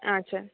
আচ্ছা